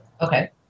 Okay